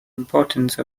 importance